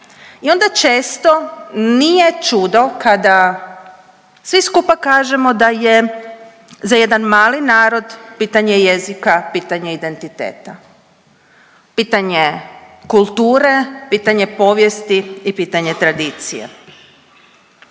I onda često nije čudo kada svi skupa kažemo da je za jedan mali narod pitanje jezika pitanje identiteta, pitanje kulture, pitanje povijesti i pitanje tradicije.